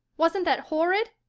wasn't that horrid?